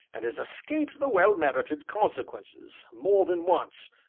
and has escaped the well-merited consequences, more than once,